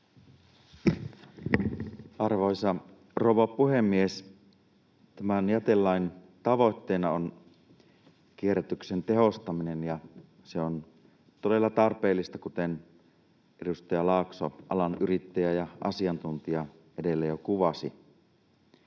Arvoisa rouva puhemies! Tämän jätelain tavoitteena on kierrätyksen tehostaminen, ja se on todella tarpeellista, kuten edustaja Laakso — alan yrittäjä ja asiantuntija — edellä jo kuvasi.